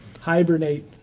Hibernate